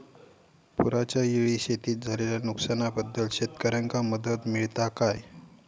पुराच्यायेळी शेतीत झालेल्या नुकसनाबद्दल शेतकऱ्यांका मदत मिळता काय?